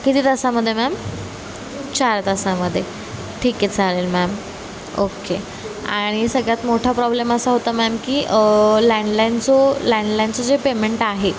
किती तासामध्ये मॅम चार तासामध्ये ठीक आहे चालेल मॅम ओके आणि सगळ्यात मोठा प्रॉब्लेम असा होता मॅम की लँडलाईन जो लँडलाईनचं जे पेमेंट आहे